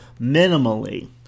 minimally